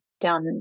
down